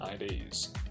IDs